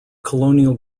colonial